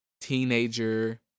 teenager